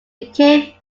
became